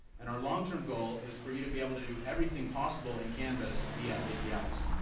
and our long-term goal is for you to be able to do everything possible in canvas via apis.